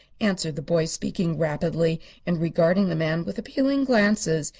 answered the boy, speaking rapidly and regarding the man with appealing glances.